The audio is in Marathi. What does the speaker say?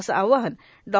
असे आवाहन डॉ